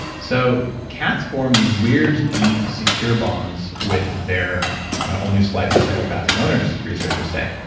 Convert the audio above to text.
so cats form these weird deep secure bonds with their only slightly psychopathic owners researchers say.